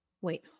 Wait